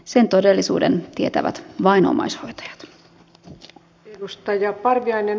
sen todellisuuden tietävät vain omaishoitajat